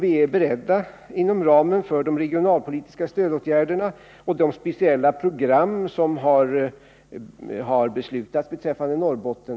Vi är beredda att fullfölja det arbetet, inom ramen för de regionalpolitiska stödåtgärder och de speciella program som har beslutats beträffande Norrbotten.